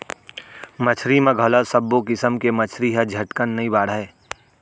मछरी म घलौ सब्बो किसम के मछरी ह झटकन नइ बाढ़य